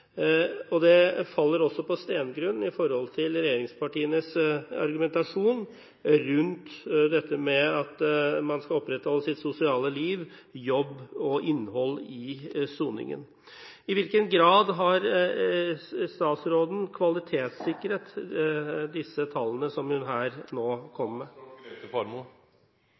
frigjøre. Det faller også på stengrunn med henblikk på regjeringspartienes argumentasjon om at man skal opprettholde sosialt liv, jobb og innhold i soningen. I hvilken grad har statsråden kvalitetssikret de tallene som hun nå kom med? Jeg skjønner godt at det kan gjøre seg gjeldende mange spørsmål knyttet til